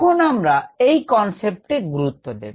এখন আমরা এই কনসেপ্টে গুরুত্ব দেব